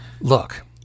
look